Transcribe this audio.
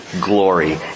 glory